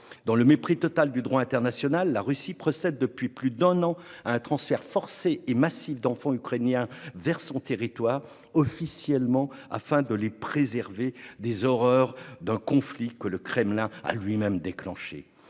Dans le mépris total du droit international, la Russie procède depuis plus d'un an à un transfert forcé et massif d'enfants ukrainiens vers son territoire, officiellement afin de les « préserver » des horreurs d'un conflit que le Kremlin a lui-même déclenché.